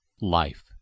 Life